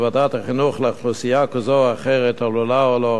לאוכלוסייה כזאת או אחרת עלולה לעורר קשיים,